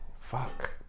Fuck